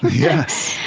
yes,